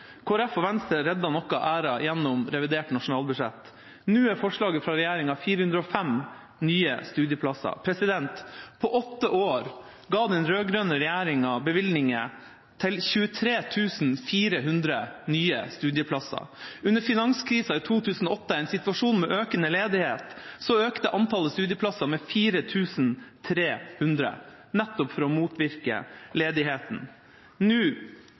og Venstre reddet noe av æra gjennom revidert nasjonalbudsjett. Nå er forslaget fra regjeringa 405 nye studieplasser. På åtte år ga den rød-grønne regjeringa bevilgninger til 23 400 nye studieplasser. Under finanskrisa i 2008, en situasjon med økende ledighet, økte antallet studieplasser med 4 300 nettopp for å motvirke ledigheten. Nå